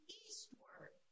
eastward